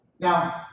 Now